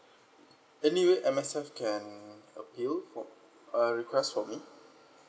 any way M_S_F can appeal for uh request for me